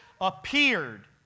appeared